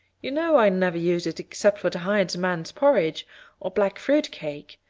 you know i never use it except for the hired man's porridge or black fruit cake.